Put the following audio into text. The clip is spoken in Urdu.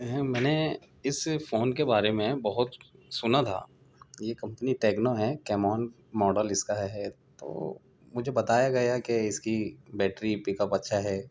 میں نے اس فون کے بارے میں بہت سنا تھا یہ کمپنی ٹیکنو ہے کیم آن موڈل اس کا ہے تو مجھے بتایا گیا کہ اس کی بیٹری پک اپ اچھا ہے